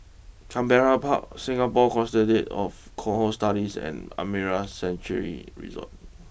Canberra Park Singapore Consortium of Cohort Studies and Amara Sanctuary Resort